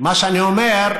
מה שאני אומר,